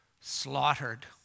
slaughtered